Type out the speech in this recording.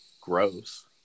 gross